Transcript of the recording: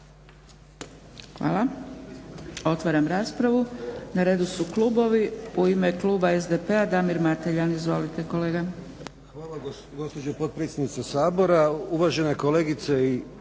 Hvala. Otvaram raspravu. Na redu su klubovi. U ime kluba SDP-a Damir Mateljan. Izvolite kolega.